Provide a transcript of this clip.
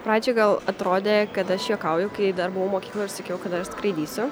pradžiai gal atrodė kad aš juokauju kai dar buvau mokykloj ir sakiau kad aš skraidysiu